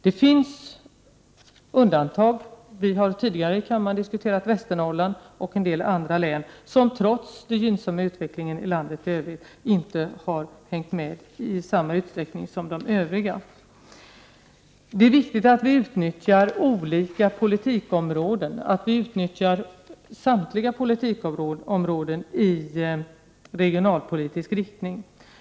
Det finns dock undantag. Vi har tidigare i kammaren diskuterat Västernorrland och en del andra län som trots den gynnsamma utvecklingen i landet inte har hängt med i samma utsträckning som de i övriga. Det är viktigt att vi utnyttjar olika politikområden och att vi utnyttjar samtliga politikområden i regionalpolitisk riktning.